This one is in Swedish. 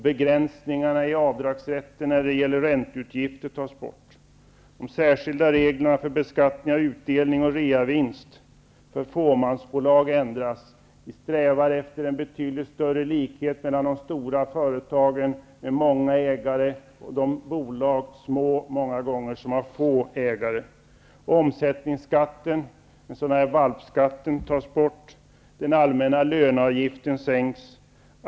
Begränsningar i avdragsrätten för ränteutgifter tas bort. De särskilda reglerna för beskattning av utdelning och reavinst för fåmansbolag ändras. Vi strävar efter en betydligt större likhet mellan de stora företagen med många ägare och de bolag, ofta små, som har få ägare. Omsättningsskatten, den s.k. valpskatten, tas bort. Den allmänna löneavgiften sänks.